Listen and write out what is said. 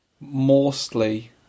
Mostly